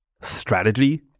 Strategy